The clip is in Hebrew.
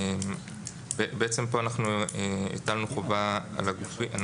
בעצם כאן אנחנו הטלנו חובה אני,